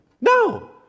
No